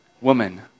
Woman